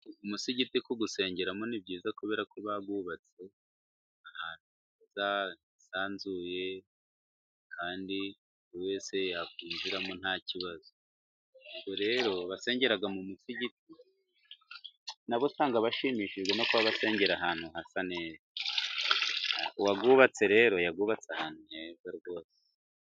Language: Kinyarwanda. Umusigiti kuwusengeramo ni byiza kubera ko bawubatse ahantu hisanzuye kandi buri wese yakwinjiramo nta kibazo. Ubwo rero abasengera mu musigiti nabo usanga bashimishijwe no kuba basengera ahantu hasa neza. Uwawubatse rero yawubatse ahantu hasa neza rwose.